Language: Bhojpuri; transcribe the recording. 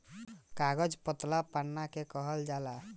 कागज पतला पन्ना के कहल जाला